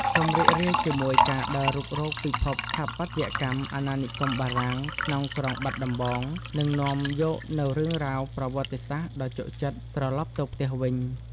សូមរីករាយជាមួយការដើររុករកពិភពស្ថាបត្យកម្មអាណានិគមបារាំងក្នុងក្រុងបាត់ដំបង និងនាំយកនូវរឿងរ៉ាវប្រវត្តិសាស្ត្រដ៏ជក់ចិត្តត្រឡប់ទៅផ្ទះវិញ។